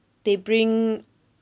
they bring